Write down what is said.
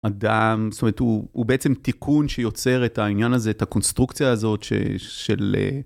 אדם זאת אומרת הוא הוא בעצם תיקון שיוצר את העניין הזה את הקונסטרוקציה הזאת של.